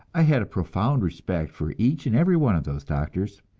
i had a profound respect for each and every one of those doctors.